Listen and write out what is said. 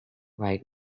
right